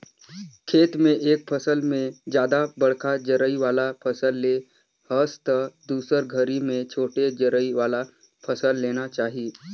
खेत म एक फसल में जादा बड़खा जरई वाला फसल ले हस त दुसर घरी में छोटे जरई वाला फसल लेना चाही